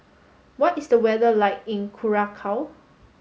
what is the weather like in Curacao